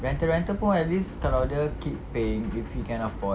rental rental pun at least kalau dia keep paying if he can afford